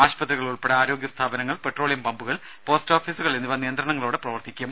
ആശുപത്രികൾ ഉൾപ്പെടെ ആരോഗ്യ സ്ഥാപനങ്ങൾ പെട്രോളിയം പമ്പുകൾ പോസ്റ്റ് ഓഫീസുകൾ എന്നിവ നിയന്ത്രണങ്ങളോടെ പ്രവർത്തിക്കും